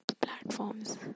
platforms